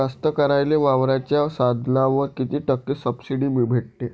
कास्तकाराइले वावराच्या साधनावर कीती टक्के सब्सिडी भेटते?